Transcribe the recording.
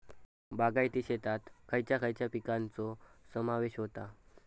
बागायती शेतात खयच्या खयच्या पिकांचो समावेश होता?